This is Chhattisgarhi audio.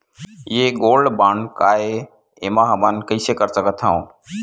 ये गोल्ड बांड काय ए एमा हमन कइसे कर सकत हव?